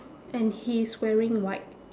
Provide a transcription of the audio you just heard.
and he is wearing white